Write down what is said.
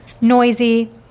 noisy